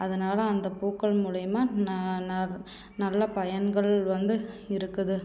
அதனால் அந்த பூக்கள் மூலியமாக ந ந நல்ல பயன்கள் வந்து இருக்குது